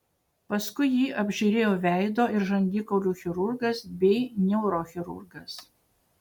paskui jį apžiūrėjo veido ir žandikaulių chirurgas bei neurochirurgas